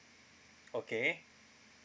okay